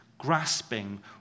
grasping